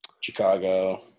Chicago